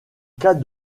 cas